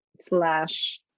slash